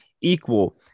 equal